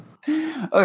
Okay